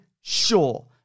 sure